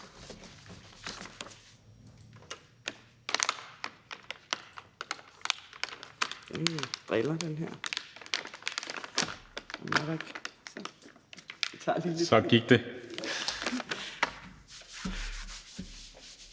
Så til det